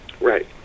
Right